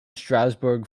strasbourg